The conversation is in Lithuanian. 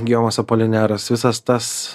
gijomas apolineras visas tas